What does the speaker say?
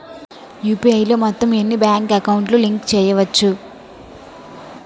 UPI లో మొత్తం ఎన్ని బ్యాంక్ అకౌంట్ లు లింక్ చేయచ్చు?